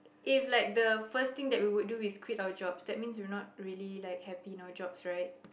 if like the first thing that we would do is quit our jobs that means we're not really like happy in our jobs right